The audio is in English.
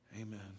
Amen